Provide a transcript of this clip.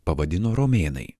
pavadino romėnai